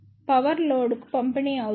power load కు పంపిణీ అవుతుంది